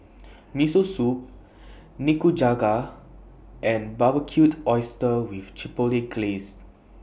Miso Soup Nikujaga and Barbecued Oysters with Chipotle Glaze